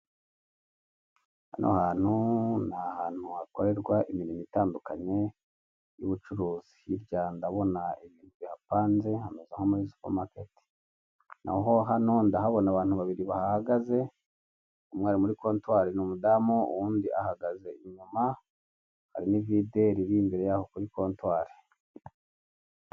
Hano hantu ni ahantu hakorerwa imirimo itandukanye y'ubucuruzi, hirya ndabona ibintu bihapanze hameze nko muri supamaketi, n'aho hano ndahabona abantu babiri bahagaze, umwe ari muri kontwari ni umudamu, uwundi ahagaze inyuma hari n'ivide riri imbere yaho kuri kontwari.